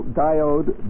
diode